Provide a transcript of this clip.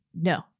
no